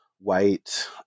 white